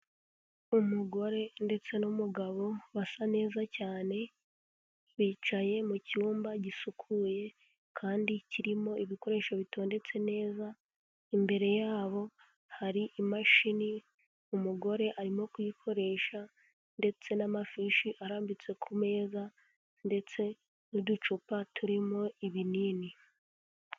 Umugore ndetse n'umugabo basa neza cyane, bicaye mu cyumba gisukuye kandi kirimo ibikoresho bitondetse neza, imbere yabo hari imashini, umugore arimo kuyikoresha ndetse n'amafishi arambitse ku meza ndetse n'uducupa turimo ibinini.